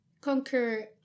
conquer